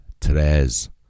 tres